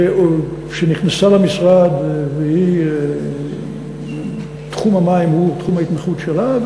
שנכנסה למשרד ותחום המים הוא תחום ההתמחות שלה,